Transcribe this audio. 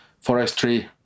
forestry